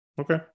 okay